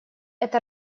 это